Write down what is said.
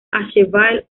asheville